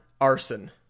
arson